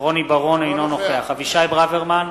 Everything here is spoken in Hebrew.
אינו נוכח אבישי ברוורמן,